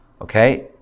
okay